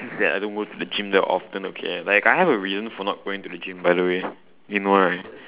just that I don't go to the gym that often okay like I have a reason for not going to the gym by the way you know right